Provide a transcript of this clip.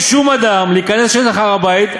להיכנס להר-הבית,